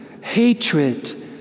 hatred